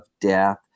death